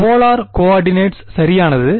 polar coordinates சரியானது